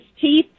teeth